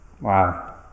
Wow